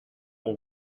will